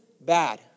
bad